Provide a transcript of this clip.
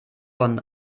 von